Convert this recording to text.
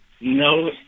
No